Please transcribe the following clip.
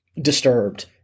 disturbed